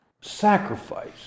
sacrifice